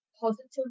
positive